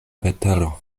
vetero